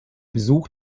besuch